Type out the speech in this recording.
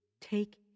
take